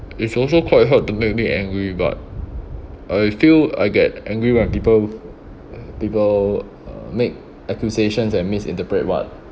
it's also quite hard to make me angry but I feel I get angry when people people uh make accusations and misinterpret what